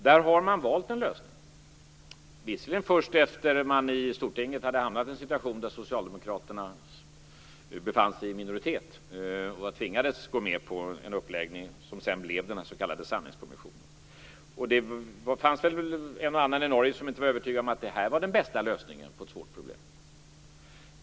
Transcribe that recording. Där har man valt en annan lösning - visserligen först efter att man i Stortinget hade hamnat i en situation där socialdemokraterna befann sig i minoritet och tvingades gå med på en uppläggning som sedan blev den s.k. sanningskommissionen. Det fanns väl en och annan i Norge som inte var övertygad om att det här var den bästa lösningen på ett svårt problem.